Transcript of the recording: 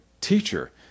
Teacher